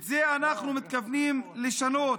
את זה אנחנו מתכוונים לשנות,